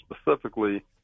specifically